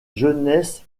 jeunesse